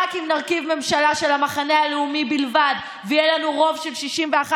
רק אם נרכיב ממשלה של המחנה הלאומי בלבד ויהיה לנו רוב של 61,